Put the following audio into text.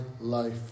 life